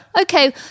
Okay